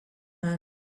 man